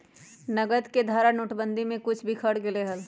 नकद के धारा नोटेबंदी में कुछ बिखर गयले हल